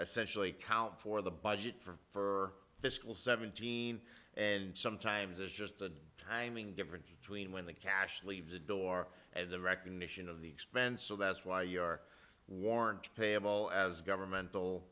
essentially count for the budget for fiscal seventeen and sometimes there's just a timing difference between when the cash leaves the door and the recognition of the expense of that's why your warrant payable as governmental